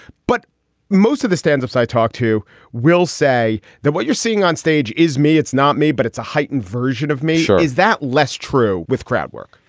but most of the stand ups i talk to will say that what you're seeing on stage is me. it's not me, but it's a heightened version of me. is that less true with crowd work?